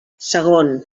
segon